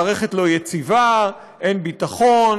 מערכת לא יציבה, אין ביטחון,